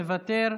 מוותר,